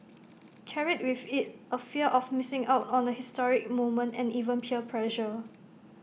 carried with IT A fear of missing out on A historic moment and even peer pressure